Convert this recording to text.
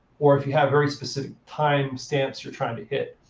or if you have very specific time stamps you're trying to hit.